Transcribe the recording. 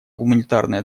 гуманитарной